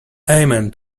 amen